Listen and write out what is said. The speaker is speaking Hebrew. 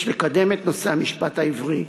יש לקדם את נושא המשפט העברי,